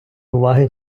уваги